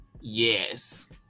Yes